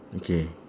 okay